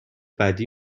بدی